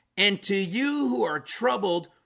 and to you who are troubled?